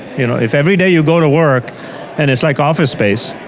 you know, if everyday you go to work and it's like office space,